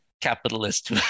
capitalist